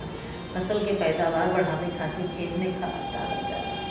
फसल के पैदावार बढ़ावे खातिर खेत में खाद डालल जाला